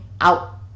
out